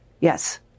yes